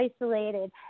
isolated